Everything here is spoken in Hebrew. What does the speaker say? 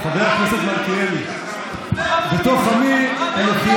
חבר הכנסת מלכיאלי, בתוך עמי אנוכי